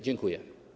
Dziękuję.